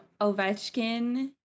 Ovechkin